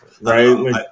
Right